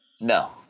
No